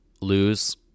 lose